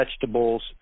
vegetables